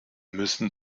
müssen